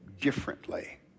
differently